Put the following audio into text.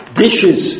dishes